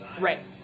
Right